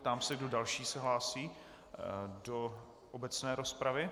Ptám se, kdo další se hlásí do obecné rozpravy.